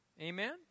Amen